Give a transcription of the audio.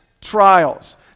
trials